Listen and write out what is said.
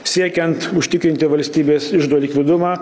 siekiant užtikrinti valstybės iždo likvidumą